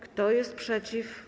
Kto jest przeciw?